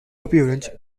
appearance